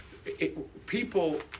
people